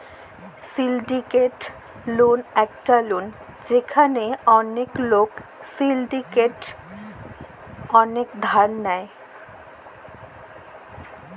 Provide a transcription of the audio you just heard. syndicated loan একট loan যেখালে ওলেক লক সিলডিকেট মিলায় ধার লেয়